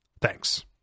Thanks